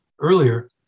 earlier